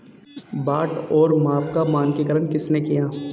बाट और माप का मानकीकरण किसने किया?